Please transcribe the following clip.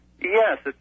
Yes